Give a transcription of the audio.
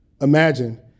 Imagine